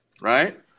right